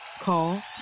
Call